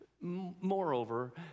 Moreover